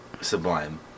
Sublime